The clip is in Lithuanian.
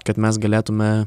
kad mes galėtume